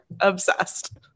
Obsessed